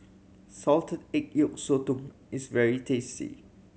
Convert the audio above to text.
salted egg yolk sotong is very tasty